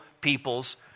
people's